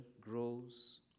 grows